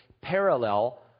parallel